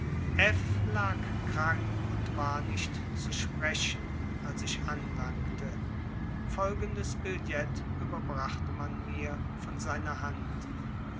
lag krank und war nicht zu sprechen als ich anlangte folgendes billet überbrachte man mir von seiner hand